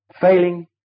Failing